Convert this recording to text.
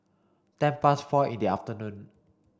ten past four in the afternoon